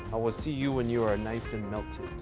i will see you when you are ah nice and melted,